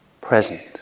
present